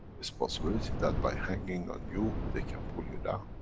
it's possibility that by hanging on you, they can pull you down.